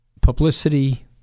publicity